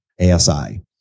ASI